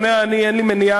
אין מניעה,